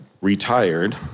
retired